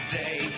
day